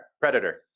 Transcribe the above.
Predator